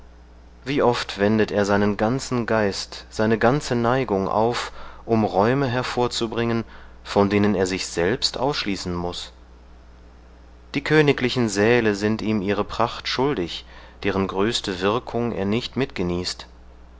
wie oft wendet er seinen ganzen geist seine ganze neigung auf um räume hervorzubringen von denen er sich selbst ausschließen muß die königlichen säle sind ihm ihre pracht schuldig deren größte wirkung er nicht mitgenießt